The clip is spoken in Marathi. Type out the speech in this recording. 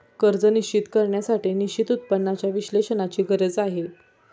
कर्ज निश्चित करण्यासाठी निश्चित उत्पन्नाच्या विश्लेषणाची गरज आहे